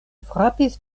frapis